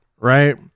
right